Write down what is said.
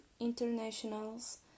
International's